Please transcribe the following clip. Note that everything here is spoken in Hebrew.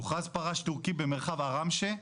הוכרז פרש תורכי במרחב עראמשה,